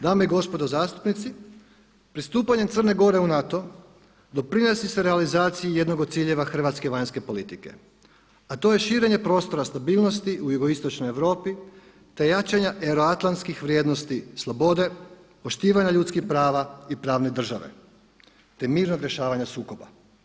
Dame i gospodo zastupnici, pristupanjem Crne Gore u NATO doprinosi se realizaciji jednog od ciljeva hrvatske vanjske politike, a to je širenje prostora stabilnosti u Jugoistočnoj Europi, te jačanja euroatlantskih vrijednosti slobode, poštivanja ljudskih prava i pravne države, te mirnog rješavanja sukoba.